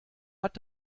hat